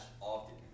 often